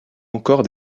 encore